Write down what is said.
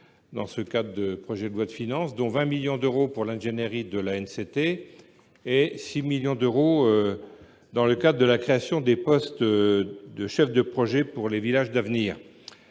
dans le cadre de ce projet de loi de finances, dont 20 millions d’euros au titre de l’ingénierie de l’ANCT et 6 millions d’euros dans le cadre de la création de postes de chef de projet Villages d’avenir.